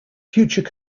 future